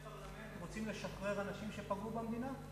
שחברי פרלמנט רוצים לשחרר אנשים שפגעו במדינה?